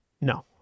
No